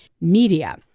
media